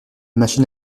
machine